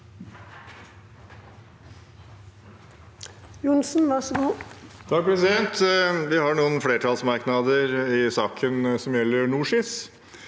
Det er noen flertallsmerknader i saken som gjelder NorSIS,